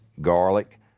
garlic